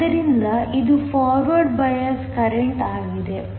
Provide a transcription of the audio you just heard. ಆದ್ದರಿಂದ ಇದು forward bias current ಆಗಿದೆ